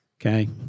okay